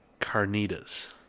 carnitas